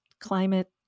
climate